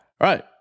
right